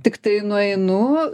tiktai nueinu